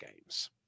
Games